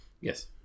Yes